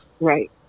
Right